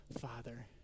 Father